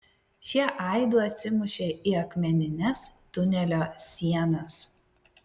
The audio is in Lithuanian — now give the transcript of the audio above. šie aidu atsimušė į akmenines tunelio sienas